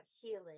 healing